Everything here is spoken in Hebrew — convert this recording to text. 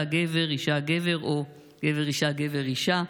גבר אישה גבר או גבר אישה גבר אישה.